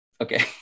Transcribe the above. Okay